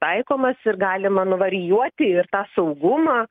taikomas ir galima nuvarijuoti ir tą saugumą